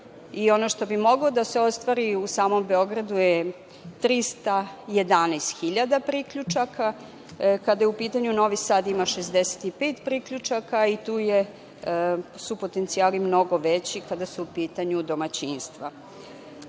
i ono što bi moglo da se ostvari u samom Beogradu je 311 hiljada priključaka. Kada je u pitanju Novi Sad, ima 65 priključaka i tu su potencijali mnogo veći kada su u pitanju domaćinstva. Kada